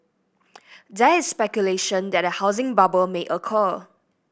there is speculation that a housing bubble may occur